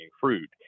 fruit